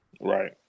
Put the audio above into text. right